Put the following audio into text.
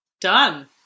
Done